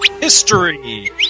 History